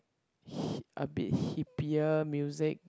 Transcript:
h~ a bit hippier music